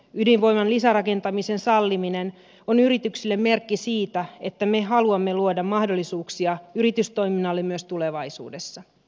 ydinvoiman lisärakentamisen salliminen on yrityksille merkki siitä että me haluamme luoda mahdollisuuksia yritystoiminnalle myös tulevaisuudessa